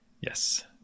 Yes